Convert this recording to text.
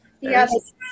Yes